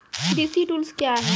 कृषि टुल्स क्या हैं?